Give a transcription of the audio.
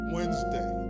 Wednesday